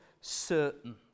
certain